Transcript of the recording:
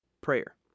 Prayer